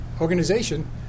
organization